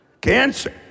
Cancer